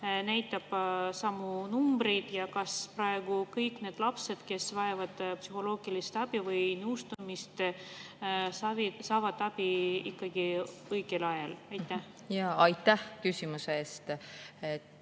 ikka samu numbreid? Ja kas praegu kõik need lapsed, kes vajavad psühholoogilist abi või nõustamist, saavad ikkagi õigel ajal abi? Aitäh küsimuse eest!